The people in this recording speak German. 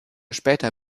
später